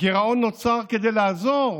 הגירעון נוצר כדי לעזור,